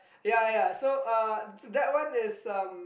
ya ya so uh that one is um